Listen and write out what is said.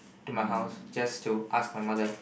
to my house just to ask my mother